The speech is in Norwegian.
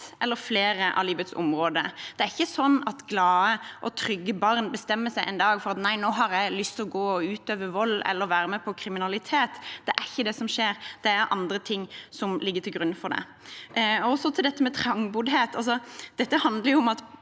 eller flere av livets områder. Det er ikke sånn at glade og trygge barn en dag bestemmer seg for at nei, nå har jeg lyst til å gå og utøve vold eller være med på kriminalitet. Det er ikke det som skjer. Det er andre ting som ligger til grunn for det. Til dette med trangboddhet: Det handler om at